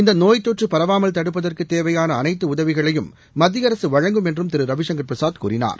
இந்த நோய் தொற்று பரவாமல் தடுப்பதற்கு தேவையான அனைத்து உதவிகளையும் மத்திய அரசு வழங்கும் என்றும் திரு ரவிசங்கர் பிரசாத் கூறினார்